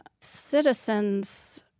citizens